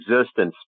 existence